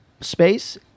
space